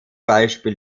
beispiel